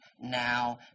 now